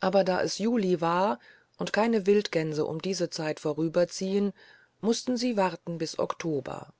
aber da es juli war und keine wildgänse um diese zeit vorüberziehen mußten sie warten bis oktober